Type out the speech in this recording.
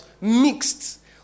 mixed